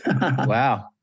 Wow